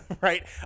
right